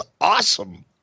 awesome